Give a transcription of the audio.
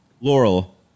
Laurel